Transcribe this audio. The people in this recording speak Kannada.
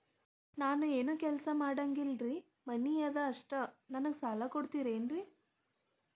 ನಾನು ಏನು ಕೆಲಸ ಮಾಡಂಗಿಲ್ರಿ ಮನಿ ಅದ ಅಷ್ಟ ನನಗೆ ಸಾಲ ಕೊಡ್ತಿರೇನ್ರಿ?